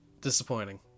disappointing